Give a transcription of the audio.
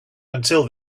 until